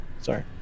Sorry